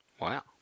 wow